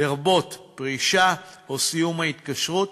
לרבות פרישה או סיום ההתקשרות,